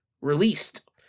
released